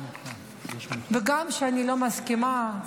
וגם כשאני לא מסכימה,